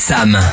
Sam